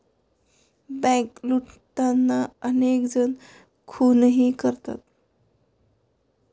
bank लुटताना अनेक जण खूनही करतात